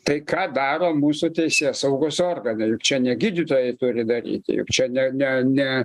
tai ką daro mūsų teisėsaugos organai juk čia ne gydytojai turi daryti juk čia ne ne ne